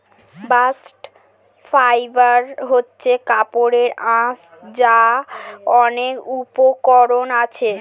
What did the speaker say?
bast fibre হচ্ছে কাপড়ের আঁশ যার অনেক উপকরণ আছে